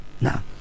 now